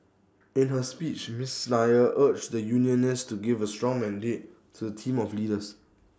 in her speech miss Nair urged the unionists to give A strong mandate to the team of leaders